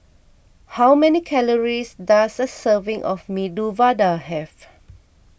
how many calories does a serving of Medu Vada have